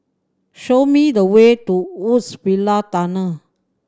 show me the way to Woodsville Tunnel